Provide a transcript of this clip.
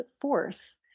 force